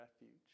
refuge